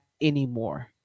anymore